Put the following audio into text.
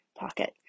pocket